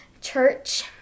church